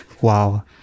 Wow